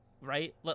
right